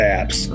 apps